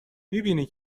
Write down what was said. میبینی